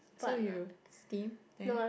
so you steam ya